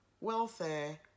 welfare